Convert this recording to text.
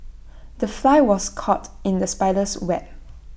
the fly was caught in the spider's web